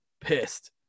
pissed